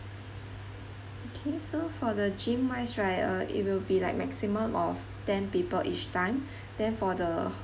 okay so for the gym wise right uh it will be like maximum of ten people each time then for the